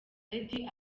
lady